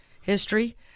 history